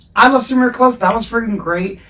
i love samira close! that was freaking great!